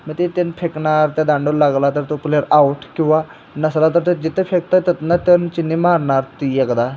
म त्यानं फेकणार त्या दांडूला लागला तर तो प्लेयर आऊट किंवा नसला तर ते जिथं फेकता येतं ना तिथनं चिनी मारणार ती एकदा